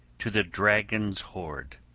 to the dragon's hoard,